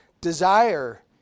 desire